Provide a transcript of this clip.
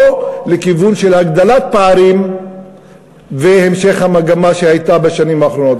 או לכיוון של הגדלת פערים והמשך המגמה שהייתה בשנים האחרונות?